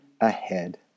ahead